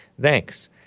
Thanks